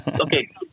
Okay